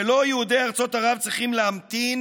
ולא יהודי ארצות ערב צריכים להמתין